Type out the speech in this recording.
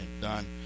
done